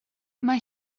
mae